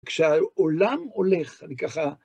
כשהעולם הולך, אני ככה...